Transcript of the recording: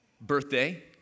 birthday